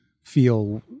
feel